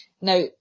Now